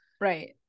Right